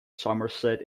somerset